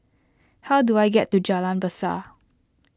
how do I get to Jalan Besar